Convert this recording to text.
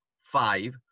five